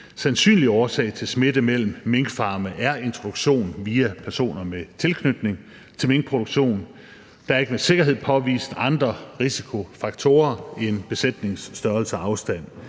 sandsynlige årsag til smitte mellem minkfarme er introduktion via personer med tilknytning til minkproduktion. Der er ikke med sikkerhed påvist andre risikofaktorer end besætningsstørrelse og afstand,